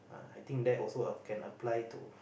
I think that also err can apply to